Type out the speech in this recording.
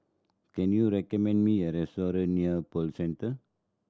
can you recommend me a restaurant near Pearl Centre